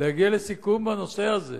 להגיע לסיכום בנושא הזה.